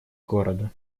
города